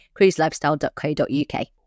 cruiselifestyle.co.uk